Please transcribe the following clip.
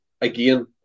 Again